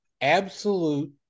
absolute